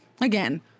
Again